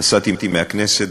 נסעתי מהכנסת,